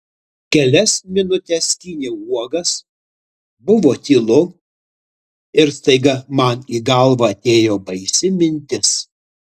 kelias minutes skyniau uogas buvo tylu ir staiga man į galvą atėjo baisi mintis